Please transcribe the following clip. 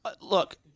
Look